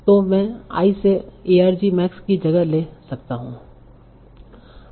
तो मैं I से arg max की जगह ले सकता हूं